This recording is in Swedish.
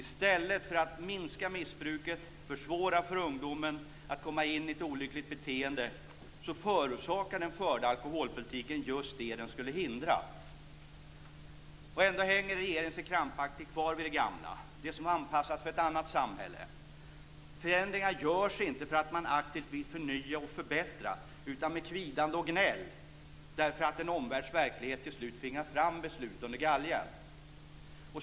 I stället för att minska missbruket och försvåra för ungdomen att komma in i ett olyckligt beteende förorsakar den förda alkoholpolitiken just det den skulle hindra. Ändå hänger regeringen sig krampaktigt kvar vid det gamla, det som var anpassat till ett annat samhälle. Förändringar görs inte för att man aktivt vill förnya och förbättra utan med kvidande och gnäll därför att en omvärlds verklighet till slut tvingar fram beslut under galgen.